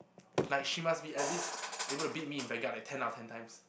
like she must be at least able to beat me in Vanguard like ten out of ten times